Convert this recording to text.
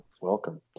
Welcome